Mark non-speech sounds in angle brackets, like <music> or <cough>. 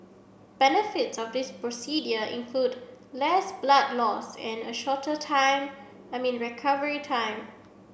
benefits of this <unintelligible> include less blood loss and a shorter time <unintelligible> recovery time